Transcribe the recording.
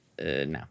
No